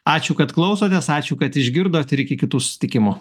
ačiū kad klausotės ačiū kad išgirdot ir iki kitų susitikimų